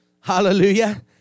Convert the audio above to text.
hallelujah